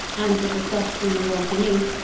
and with the soft green lawn beneath,